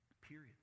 Period